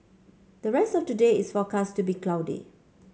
the rest of today is forecast to be cloudy